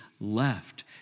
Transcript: left